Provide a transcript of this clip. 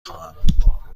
خواهم